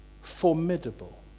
formidable